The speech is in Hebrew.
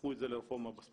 הפכו את זה לרפורמה בספורט.